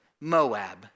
Moab